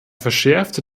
verschärfte